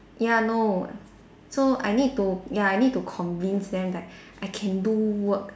ya no so I need to ya I need to convince them like I can do work